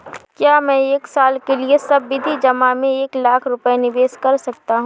क्या मैं एक साल के लिए सावधि जमा में एक लाख रुपये निवेश कर सकता हूँ?